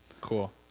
Cool